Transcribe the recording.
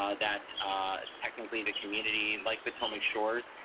ah that technically, the community, like potomac shores,